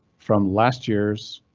from last years'.